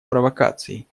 провокаций